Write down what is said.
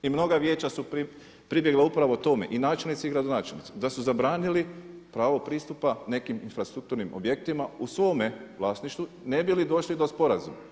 I mnoga vijeća su pribjegla upravo tome i načelnici i gradonačelnici, da su zabranili pravo pristupa nekim infrastrukturnim objektima u svome vlasništvu ne bi li došli do sporazuma.